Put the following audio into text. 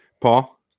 Paul